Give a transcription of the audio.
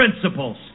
principles